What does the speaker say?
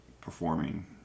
performing